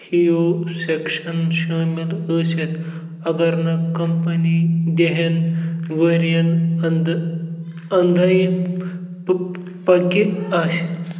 ہَیو section شٲمِل ٲسِتھ اَگر نہٕ کمپٔنی دِہٮ۪ن ؤریَن أنٛدٕ أنٛدرے پَکہِ آسہِ